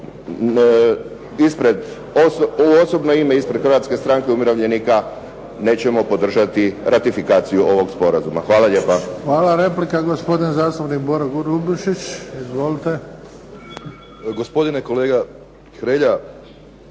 u osobno ime ispred Hrvatske stranke umirovljenika nećemo podržati ratifikaciju ovog sporazuma. Hvala lijepa. **Bebić, Luka (HDZ)** Hvala. Replika gospodin zastupnik Boro Grubišić. Izvolite. **Grubišić, Boro